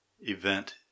event